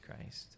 Christ